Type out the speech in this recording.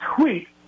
tweet